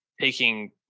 taking